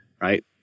Right